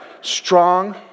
Strong